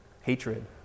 hatred